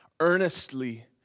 earnestly